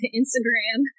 instagram